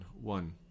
One